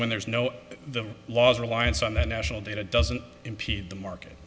when there's no the laws reliance on the national data doesn't impede the market